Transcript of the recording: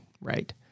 right